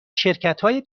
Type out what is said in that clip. شرکتهای